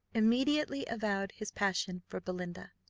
immediately avowed his passion for belinda.